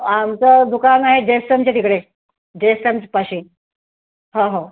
आमचं दुकान आहे जेसनच्या तिकडे जेसन्सपाशी हो हो